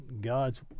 God's